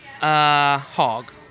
hog